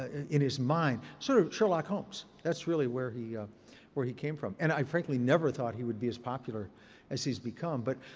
in his mind. sort of sherlock holmes. that's really where he where he came from. and i frankly never thought he would be as popular as he's become. but,